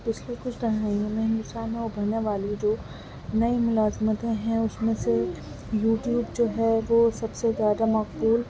پچھلے کچھ دہائیوں میں ہندوستان میں ابھرنے والی جو نئی ملازمتیں ہیں اس میں سے یوٹیوب جو ہے وہ سب سے زیادہ مقبول